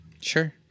Sure